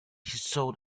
showed